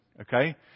okay